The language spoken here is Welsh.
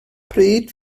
pryd